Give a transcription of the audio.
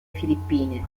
filippine